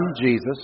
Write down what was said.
Jesus